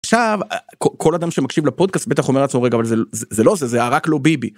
עכשיו כל אדם שמקשיב לפודקאסט בטח אומר לעצמו רגע זה לא זה זה רק לו ביבי.